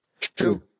True